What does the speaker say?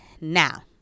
now